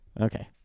Okay